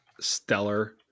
stellar